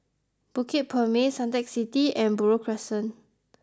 Bukit Purmei Suntec City and Buroh Crescent